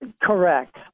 Correct